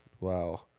Wow